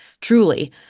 truly